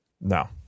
no